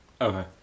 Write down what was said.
Okay